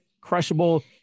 crushable